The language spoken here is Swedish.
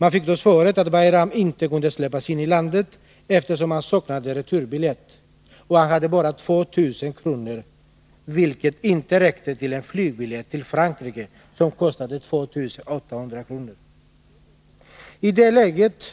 Man fick då svaret att Bayram inte kunde släppas in i landet, eftersom han saknade returbiljett och bara hade 2 000 kr., vilket inte räckte till en flygbiljett till Frankrike, som kostade 2 800 kr. I det läget